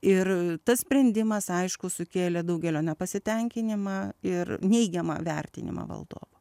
ir tas sprendimas aišku sukėlė daugelio nepasitenkinimą ir neigiamą vertinimą valdovo